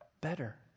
Better